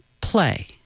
play